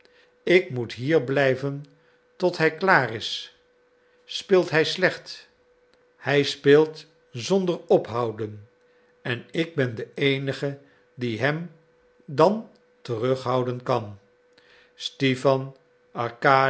ik moet hier blijven tot hij klaar is speelt hij slecht hij speelt zonder ophouden en ik ben de eenige die hem dan terughouden kan stipan